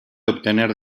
obtener